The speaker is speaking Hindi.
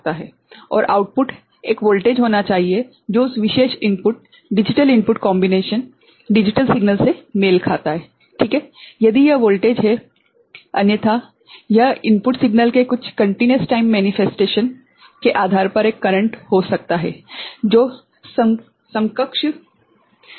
और आउटपुट एक वोल्टेज होना चाहिए जो उस विशेष इनपुट डिजिटल इनपुट संयोजन डिजिटल सिग्नल से मेल खाता है ठीक है यदि यह वोल्टेज है अन्यथा यह इनपुट सिग्नल के कुछ कंटिन्युस टाइम बदलावके आधार पर एक करेंट हो सकता है कोई समकक्ष बदलाव ठीक है